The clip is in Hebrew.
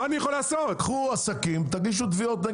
קחו עסקים, תגישו תביעות.